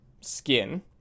skin